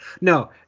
no